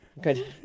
Good